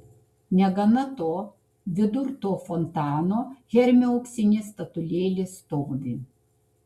negana to vidur to fontano hermio auksinė statulėlė stovi